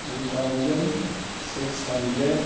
two thousand six hundred